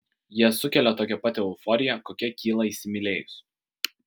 jie sukelia tokią pat euforiją kokia kyla įsimylėjus